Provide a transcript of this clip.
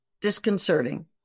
disconcerting